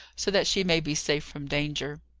so that she may be safe from danger.